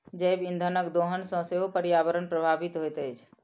जैव इंधनक दोहन सॅ सेहो पर्यावरण प्रभावित होइत अछि